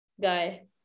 guy